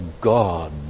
God